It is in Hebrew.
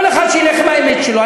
כל אחד ילך עם האמת שלו.